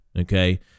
Okay